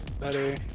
better